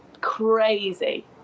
crazy